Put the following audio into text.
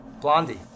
Blondie